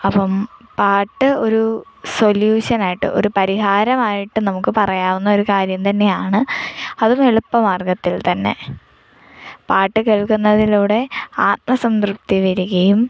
അപ്പം പാട്ട് ഒരു സൊല്യൂഷനായിട്ട് ഒരു പരിഹാരമായിട്ട് നമുക്ക് പറയാവുന്ന ഒരു കാര്യം തന്നെയാണ് അതും എളുപ്പ മാർഗത്തിൽ തന്നെ പാട്ട് കേൾക്കുന്നതിലൂടെ ആത്മസംതൃപ്തി വരുകയും